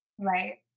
Right